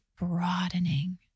broadening